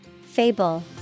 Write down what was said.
Fable